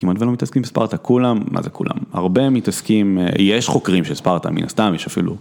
אם אתם לא מתעסקים בספרטה, כולם, מה זה כולם? הרבה מתעסקים, יש חוקרים של ספרטה, מן הסתם יש אפילו.